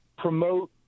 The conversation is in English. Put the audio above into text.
promote